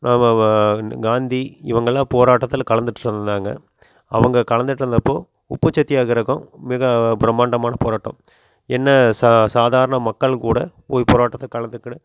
காந்தி இவங்கலாம் போராட்டத்தில் கலந்துட்டுருந்தாங்க அவங்க கலந்துட்டுருந்தப்போ உப்பு சத்தியாகிரகம் மிக பிரமாண்டமான போராட்டம் என்ன ச சாதாரண மக்களும் கூட போய் போராட்டத்தில் கலந்துக்கிட்டு